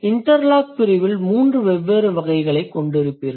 interlock பிரிவில் மூன்று வெவ்வேறு வகைகளைக் கொண்டிருப்பீர்கள்